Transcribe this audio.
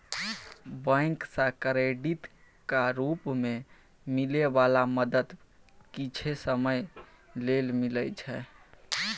bank सँ क्रेडिटक रूप मे मिलै बला मदद किछे समय लेल मिलइ छै